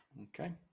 Okay